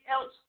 else